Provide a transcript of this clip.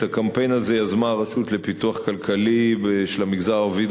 את הקמפיין הזה יזמה הרשות לפיתוח כלכלי של המגזר הערבי,